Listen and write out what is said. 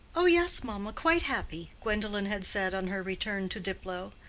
oh, yes, mamma, quite happy, gwendolen had said on her return to diplow.